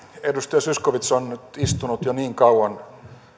edustaja zyskowicz on nyt istunut jo niin kauan